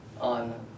on